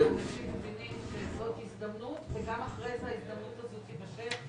אנשים מבינים שזו הזדמנות וגם אחרי זה ההזדמנות הזו תימשך,